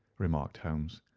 remarked holmes.